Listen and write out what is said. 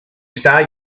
start